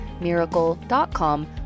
miracle.com